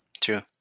true